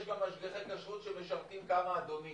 יש גם משגיחי כשרות שמשרתים כמה אדונים.